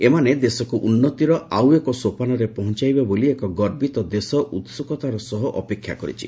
ଏମାନେ ଦେଶକୁ ଉନ୍ନତିର ଆଉ ଏକ ସୋପାନରେ ପହଞାଇବେ ବୋଲି ଏକ ଗର୍ବିତ ଦେଶ ଉସ୍ଦକତାର ସହ ଅପେକ୍ଷା କରିଛି